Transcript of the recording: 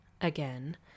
again